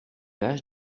âge